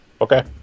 Okay